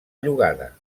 llogada